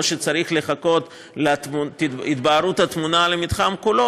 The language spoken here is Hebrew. או שצריך לחכות להתבהרות התמונה למתחם כולו?